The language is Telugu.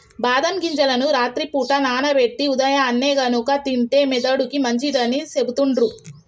బాదం గింజలను రాత్రి పూట నానబెట్టి ఉదయాన్నే గనుక తింటే మెదడుకి మంచిదని సెపుతుండ్రు